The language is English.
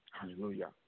Hallelujah